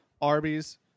Arby's